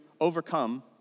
overcome